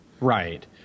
right